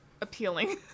appealing